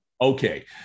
okay